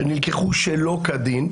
שנלקחו שלא כדין,